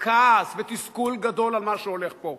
וכעס ותסכול גדול על מה שהולך פה,